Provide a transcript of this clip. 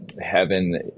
heaven